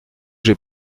que